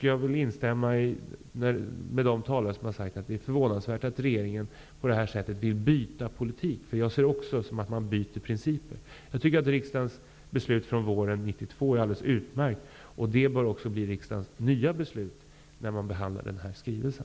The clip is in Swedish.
Jag vill instämma med de talare som har sagt att det är förvånansvärt att regeringen på det här sättet vill byta politik. Jag ser det också som om man ändrar principer. Jag tycker att riksdagens beslut från våren 92 är alldeles utmärkt. Det bör också bli riksdagens nya beslut när man behandlar den här skrivelsen.